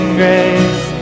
grace